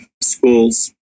schools